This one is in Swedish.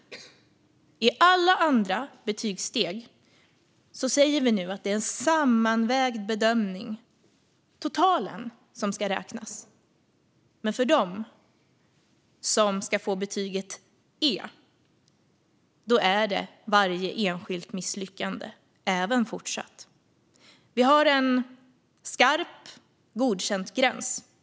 I alla andra betygssteg säger vi nu att det är en sammanvägd bedömning, totalen, som ska räknas. Men för dem som ska få betyget E är det även i fortsättningen varje enskilt misslyckande. Vi har en skarp gräns för godkänt.